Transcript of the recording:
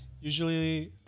usually